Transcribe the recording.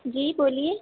جی بولیے